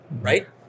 right